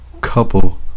couple